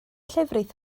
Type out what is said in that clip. llefrith